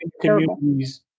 communities